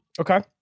Okay